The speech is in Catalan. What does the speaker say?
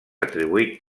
atribuït